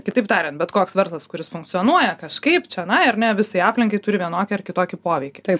kitaip tariant bet koks verslas kuris funkcionuoja kažkaip čionai ar ne visai aplinkai turi vienokį ar kitokį poveikį